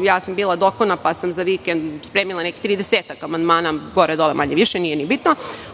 Bila sam dokona pa sam za vikend spremila nekih 30 amandmana, gore-dole, manje-više, nije ni bitno,